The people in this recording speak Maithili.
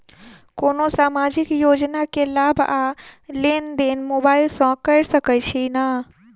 कोनो सामाजिक योजना केँ लाभ आ लेनदेन मोबाइल सँ कैर सकै छिःना?